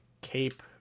cape